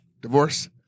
divorce